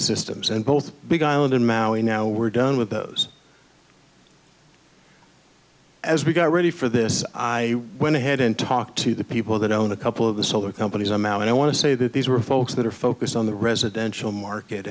systems and both big island in maui now we're done with those as we got ready for this i went ahead and talked to the people that own a couple of the solar companies i'm out and i want to say that these were folks that are focused on the residential market